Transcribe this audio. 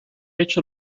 hecho